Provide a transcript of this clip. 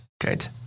Good